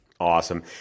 Awesome